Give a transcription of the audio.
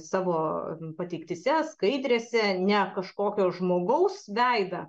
savo pateiktyse skaidrėse ne kažkokio žmogaus veidą